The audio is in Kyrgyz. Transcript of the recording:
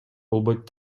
болбойт